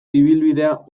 ibilbidea